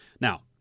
Now